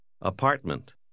Apartment